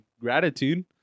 gratitude